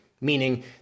meaning